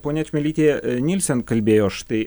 ponia čmilytė nylsen kalbėjo štai